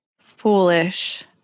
foolish